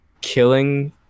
killing